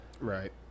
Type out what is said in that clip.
Right